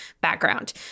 background